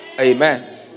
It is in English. Amen